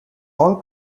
all